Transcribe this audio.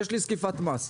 יש לי זקיפת מס,